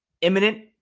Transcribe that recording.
imminent